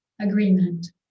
agreement